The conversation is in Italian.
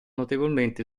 notevolmente